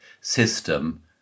system